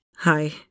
Hi